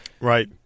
Right